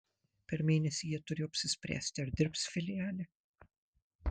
per mėnesį jie turėjo apsispręsti ar dirbs filiale